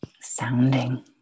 sounding